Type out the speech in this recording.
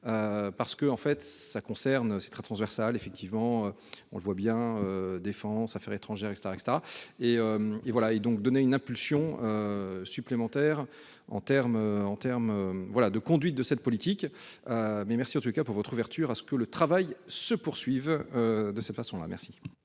fait ça concerne c'est très transversal, effectivement, on le voit bien, Défense, Affaires étrangères et etc, et, et et voilà et donc donner une impulsion supplémentaire en terme en terme voilà de conduite de cette politique, mais merci en tout cas pour votre ouverture à ce que le travail se poursuivent, de cette façon-là, merci.